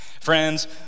Friends